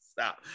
stop